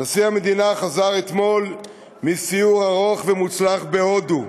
נשיא המדינה חזר אתמול מסיור ארוך ומוצלח בהודו,